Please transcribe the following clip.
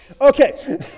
okay